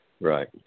right